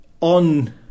on